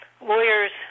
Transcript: lawyers